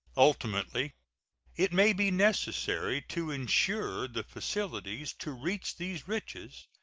ultimately it may be necessary to insure the facilities to reach these riches,